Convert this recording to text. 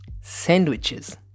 Sandwiches